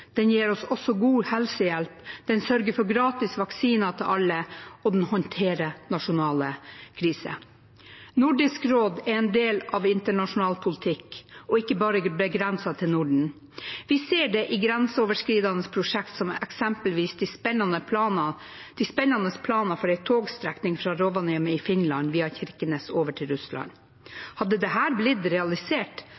Den gir oss også god helsehjelp, den sørger for gratis vaksiner til alle, og den håndterer nasjonale kriser. Nordisk råd er en del av internasjonal politikk, og ikke bare begrenset til Norden. Vi ser det i grenseoverskridende prosjekt som eksempelvis de spennende planene for en togstrekning fra Rovaniemi i Finland via Kirkenes og over til Russland.